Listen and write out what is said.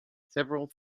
several